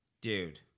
dude